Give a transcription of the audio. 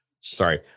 Sorry